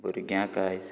भुरग्यांक आयज